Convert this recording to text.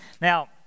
Now